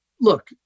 look